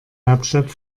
hauptstadt